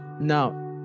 now